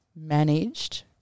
managed